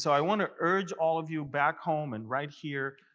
so i want to urge all of you, back home and right here,